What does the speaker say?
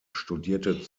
studierte